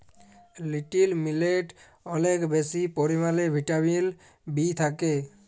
little মিলেটে অলেক বেশি পরিমালে ভিটামিল বি থ্যাকে